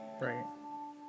Right